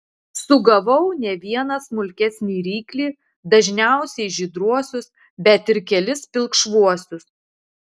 sugavau ne vieną smulkesnį ryklį dažniausiai žydruosius bet ir kelis pilkšvuosius